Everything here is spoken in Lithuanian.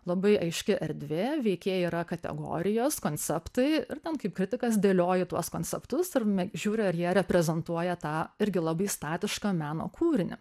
labai aiški erdvė veikėjų yra kategorijos konceptai ir ten kaip kritikas dėlioji tuos konceptus ir žiūri ar jie reprezentuoja tą irgi labai statišką meno kūrinį